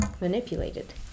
manipulated